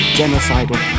genocidal